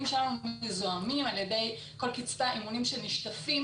שלנו מזוהמים על ידי כל קצפי האימונים שנשטפים,